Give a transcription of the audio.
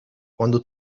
quando